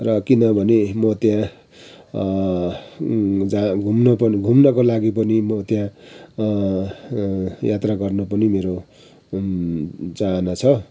र किनभने म त्यहाँ जहाँ घुम्न पनि घुम्नको लागि पनि म त्यहाँ यात्रा गर्नु पनि मेरो चाहना छ